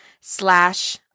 slash